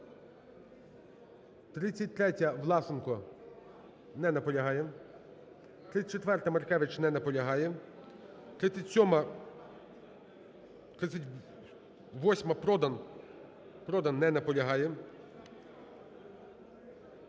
33-я, Власенко. Не наполягає. 34-а, Маркевич. Не наполягає. 37-а… 38-а, Продан. Не наполягає.